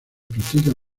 practica